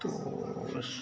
तो उस